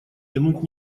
тянуть